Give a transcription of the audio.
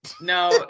No